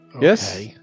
Yes